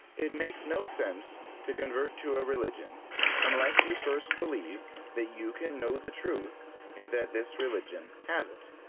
it makes no sense to convert to a religion unless you first believe that you can know the truth and that this religion has it.